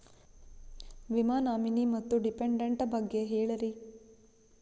ವಿಮಾ ನಾಮಿನಿ ಮತ್ತು ಡಿಪೆಂಡಂಟ ಬಗ್ಗೆ ಹೇಳರಿ?